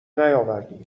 نیاوردیم